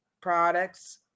products